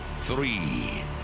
three